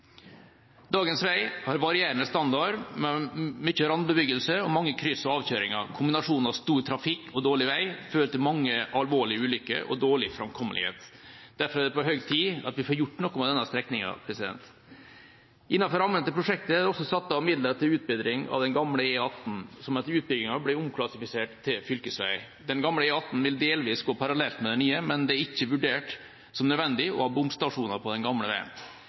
Dagens vei har varierende standard, med mye randbebyggelse og mange kryss og avkjøringer. Kombinasjonen av stor trafikk og dårlig vei fører til mange alvorlige ulykker og dårlig framkommelighet. Derfor er det på høy tid at vi får gjort noe med denne strekningen. Innenfor rammen av prosjektet er det også satt av midler til utbedring av den gamle E18, og utbyggingen er omklassifisert til fylkesvei. Den gamle E18 vil gå delvis parallelt med den nye, men det er ikke vurdert som nødvendig å ha bomstasjoner på den gamle veien.